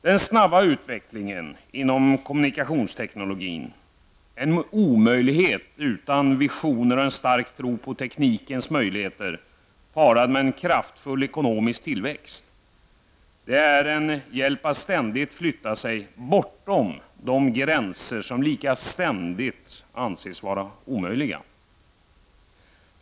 Den snabba utvecklingen inom kommunikationsteknologin, som är en omöjlighet utan visioner och en stark tro på teknikens möjligheter parad med en kraftfull ekonomisk tillväxt, är en hjälp att ständigt flytta sig bortom de gränser som lika ständigt anses vara omöjliga att överträda.